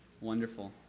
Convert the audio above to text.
Wonderful